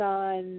on